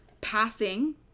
passing